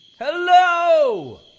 Hello